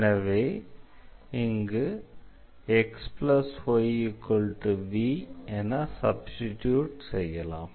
எனவே இங்கு xyv என சப்ஸ்டிடியூட் செய்யலாம்